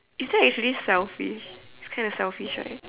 is that actually selfish kind of selfish right